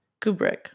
Kubrick